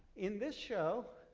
in this show.